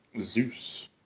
Zeus